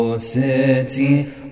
city